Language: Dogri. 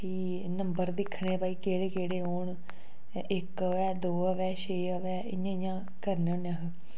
फ्ही नम्बर दिक्खने भाई केह्ड़े केह्ड़े औंन इक अवै दो अवै छे अवै इयां इयां करने होन्ने